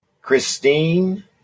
christine